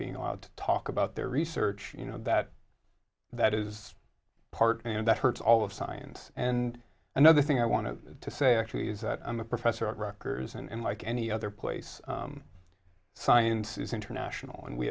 being allowed to talk about their research you know that that is part and that hurts all of science and another thing i want to say actually is that i'm a professor at rutgers and like any other place science is international and we